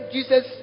Jesus